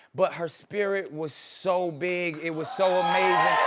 but her spirit was so big, it was so amazing.